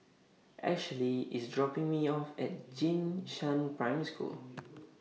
Ashely IS dropping Me off At Jing Shan Primary School